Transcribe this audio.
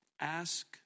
Ask